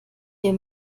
ihr